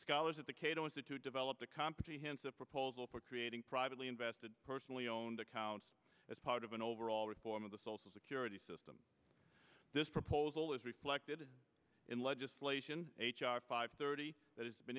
scholars at the cato institute develop a comprehensive proposal for creating privately invested personally owned accounts as part of an overall reform of the social security system this proposal is reflected in legislation h r five thirty that has been